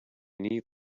need